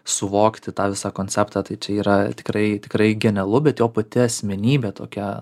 suvokti tą visą konceptą tai čia yra tikrai tikrai genialu bet jo pati asmenybė tokia